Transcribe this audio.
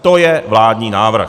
To je vládní návrh.